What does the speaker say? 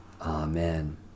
Amen